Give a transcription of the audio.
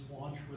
launch